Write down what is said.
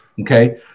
Okay